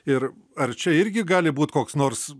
ir ar čia irgi gali būt koks nors